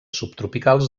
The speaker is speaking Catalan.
subtropicals